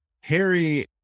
Harry